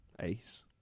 Ace